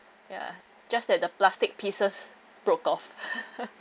ya just that the plastic pieces broke off